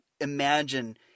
imagine